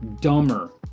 dumber